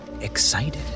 excited